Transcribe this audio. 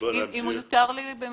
אם יוּתר לי להגיד,